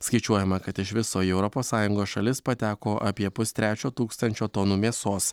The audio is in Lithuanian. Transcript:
skaičiuojama kad iš viso į europos sąjungos šalis pateko apie pustrečio tūkstančio tonų mėsos